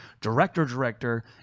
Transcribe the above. director-director